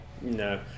No